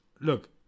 Look